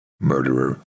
murderer